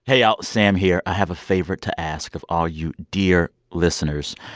hey, y'all. sam here. i have a favor to ask of all you dear listeners.